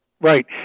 Right